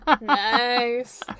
Nice